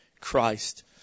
Christ